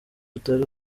utari